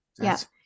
yes